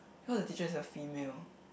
cause the teacher is a female